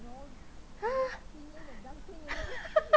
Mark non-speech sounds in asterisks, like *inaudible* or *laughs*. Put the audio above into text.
!huh! *laughs*